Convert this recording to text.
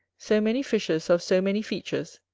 so many fishes of so many features,